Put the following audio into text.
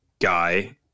guy